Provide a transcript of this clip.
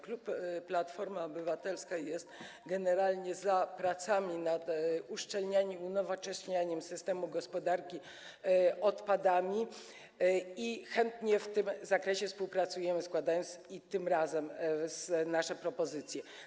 Klub Platforma Obywatelska jest generalnie za pracami nad uszczelnianiem, unowocześnianiem systemu gospodarki odpadami i chętnie w tym zakresie współpracujemy, składając - również tym razem - nasze propozycje.